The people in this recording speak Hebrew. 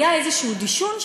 היה איזשהו דישון,